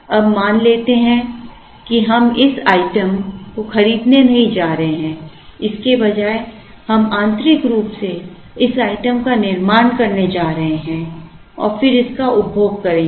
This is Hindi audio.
अब मान लेते हैं कि हम इस आइटम को खरीदने नहीं जा रहे हैं इसके बजाय हम आंतरिक रूप से इस आइटम का निर्माण करने जा रहे हैं और फिर इसका उपभोग करेंगे